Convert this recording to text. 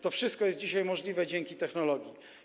To wszystko jest dzisiaj możliwe dzięki technologii.